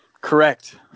correct